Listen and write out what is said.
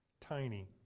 tiny